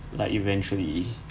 like eventually